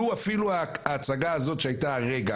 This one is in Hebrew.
לו אפילו ההצגה הזאת שהייתה כרגע,